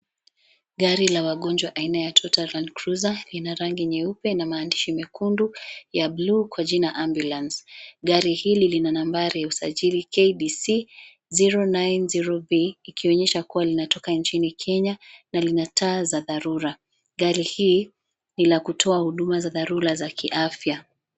Gari la wagonjwa aina ya Toyota Landcruiser, ina rangi nyeupe na maandishi mekundu ya buluu kwa jina ambulance . Gari hili lina nambari ya usajili KDC zero , nine, zero B, ikionyesha kuwa linatoka nchini Kenya na lina taa za dharura . Gari hii ni la kutoa huduma za dharura za kiafya.